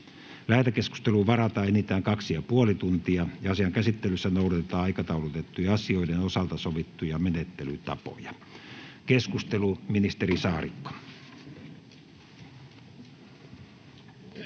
Lähetekeskusteluun varataan enintään 2,5 tuntia, ja asian käsittelyssä noudatetaan aikataulutettujen asioiden osalta sovittuja menettelytapoja. — Keskustelu, ministeri Saarikko.